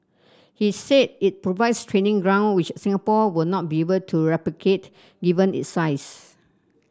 he said it provides training ground which Singapore will not be able to replicate given its size